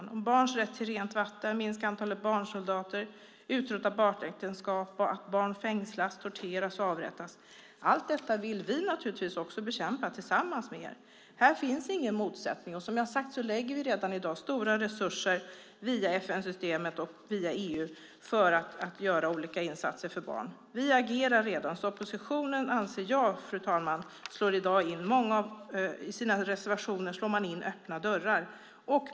Det handlar om barns rätt till rent vatten, att minska antalet barnsoldater, att utrota barnäktenskap, att agera mot att barn fängslas, torteras och avrättas. Allt detta vill vi naturligtvis också bekämpa tillsammans med er. Här finns ingen motsättning. Som jag har sagt lägger vi redan i dag stora resurser via FN-systemet och via EU för att göra olika insatser för barn. Vi agerar redan. Oppositionen anser jag, fru talman, slår i sina reservationer in många öppna dörrar.